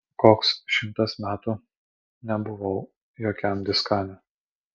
koks šimtas metų nebuvau jokiam diskane